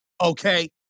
okay